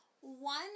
one